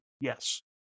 yes